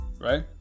right